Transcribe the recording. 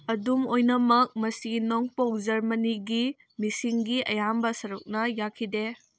ꯑꯗꯨꯝ ꯑꯣꯏꯅꯃꯛ ꯃꯁꯤ ꯅꯣꯡꯄꯣꯛ ꯖꯔꯃꯅꯤꯒꯤ ꯃꯤꯁꯤꯡꯒꯤ ꯑꯌꯥꯝꯕ ꯁꯔꯨꯛꯅ ꯌꯥꯈꯤꯗꯦ